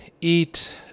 eat